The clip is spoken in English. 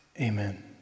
amen